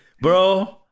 bro